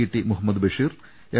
T Muhammad Basheer M